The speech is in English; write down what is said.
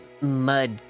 mud